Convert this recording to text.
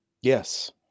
yes